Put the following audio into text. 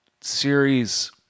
series